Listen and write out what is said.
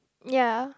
ya